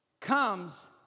comes